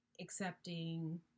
accepting